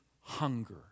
hunger